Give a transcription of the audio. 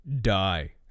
die